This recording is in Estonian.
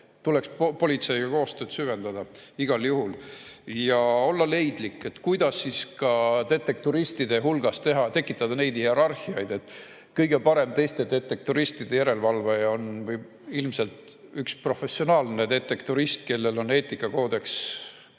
tuleks politseiga koostööd süvendada, igal juhul, ja olla leidlik, kuidas ka detektoristide hulgas tekitada neid hierarhiaid. Kõige parem teiste detektoristide järele valvaja on ilmselt üks professionaalne detektorist, kellel on korralik eetikakoodeks ja